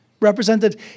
Represented